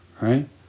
right